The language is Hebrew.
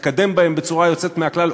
מתקדם בהם בצורה יוצאת מהכלל,